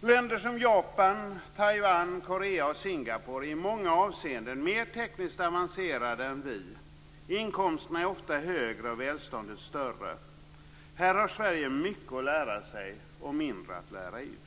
Länder som Japan, Taiwan, Korea och Singapore är i många avseenden mer tekniskt avancerade än vi. Inkomsterna är ofta högre och välståndet större. Här har Sverige mycket att lära sig och mindre att lära ut.